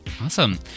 Awesome